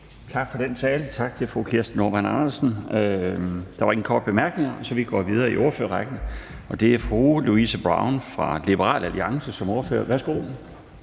Tak for den tale. Tak til fru Kirsten Normann Andersen. Der var ingen korte bemærkninger, så vi går videre i ordførerrækken, og det er nu fru Louise Brown som ordfører for Liberal Alliance. Værsgo.